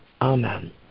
Amen